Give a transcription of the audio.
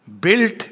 built